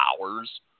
hours